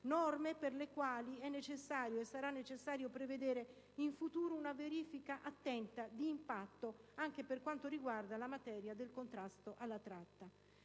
norme per le quali sarà necessario prevedere in futuro una verifica attenta di impatto, anche per quanto riguarda la materia del contrasto alla tratta.